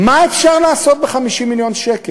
מה אפשר לעשות ב-50 מיליון ש"ח?